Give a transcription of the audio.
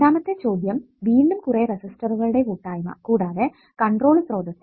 രണ്ടാമത്തെ ചോദ്യം വീണ്ടും കുറെ റെസിസ്റ്ററുകളുടെ കൂട്ടായ്മ കൂടാതെ കൺട്രോൾ സ്രോതസ്സ്